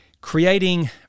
Creating